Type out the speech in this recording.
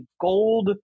gold